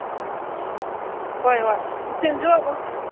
ꯎꯝ ꯍꯣꯏ ꯍꯣꯏ ꯁ꯭ꯇꯤꯜꯁꯨ ꯑꯗꯨꯝ